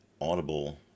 audible